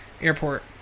airport